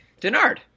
Denard